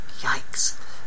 Yikes